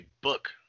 book